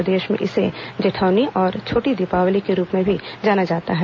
प्रदेश में इसे जेठौनी और छोटी दीपावली के रूप में भी जाना जाता है